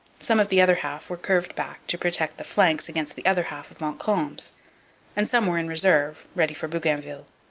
some of the other half were curved back to protect the flanks against the other half of montcalm's and some were in reserve, ready for bougainville.